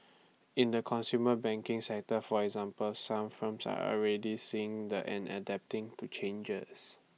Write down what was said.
in the consumer banking sector for example some firms are already seeing and adapting to changes